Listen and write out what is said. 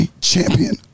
champion